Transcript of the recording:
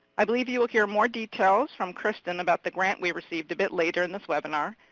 i believe you will hear more details from kristin about the grant we received a bit later in this webinar,